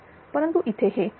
परंतु इथे हे 7397